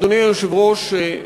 אדוני היושב-ראש,